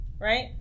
Right